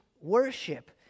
worship